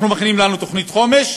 מכינים לנו תוכנית חומש